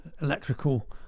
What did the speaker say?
electrical